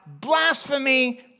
blasphemy